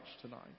tonight